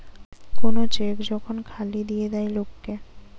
কোন চেক যখন খালি দিয়ে দেয় লোক কে